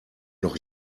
noch